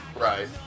right